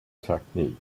technique